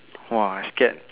!wah! I scared